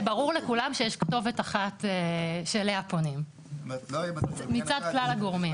זה ברור לכולם שיש כתובת אחת שאליה פונים מצד כלל הגורמים.